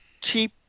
cheap